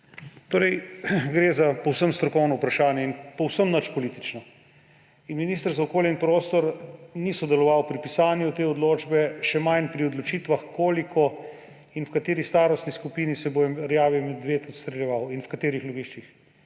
Torej, gre za povsem strokovno vprašanje in povsem nič politično. Minister za okolje in prostor ni sodelovali pri pisanju te odločbe, še manj pri odločitvah, koliko in v kateri starostni skupini se bo rjavi medved odstreljeval in v katerih loviščih.